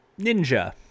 Ninja